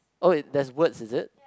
oh wait there's words is it